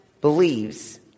believes